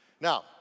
Now